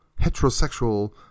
heterosexual